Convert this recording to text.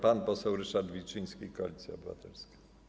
Pan poseł Ryszard Wilczyński, Koalicja Obywatelska.